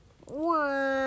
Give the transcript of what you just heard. One